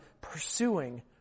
pursuing